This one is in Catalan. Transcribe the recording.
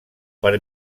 per